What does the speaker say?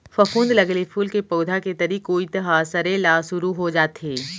फफूंद लगे ले फूल के पउधा के तरी कोइत ह सरे ल सुरू हो जाथे